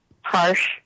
harsh